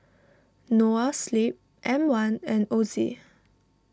Noa Sleep M one and Ozi